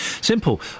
Simple